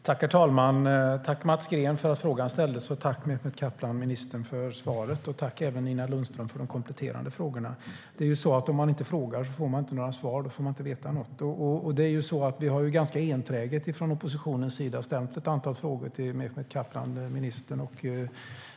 Herr talman! Jag tackar Mats Green för att frågan ställdes, minister Mehmet Kaplan för svaret och Nina Lundström för de kompletterande frågorna. Frågar man inte får man inga svar och får inte veta något. Oppositionen har ganska enträget ställt ett antal frågor till minister Mehmet Kaplan.